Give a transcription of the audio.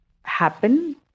happen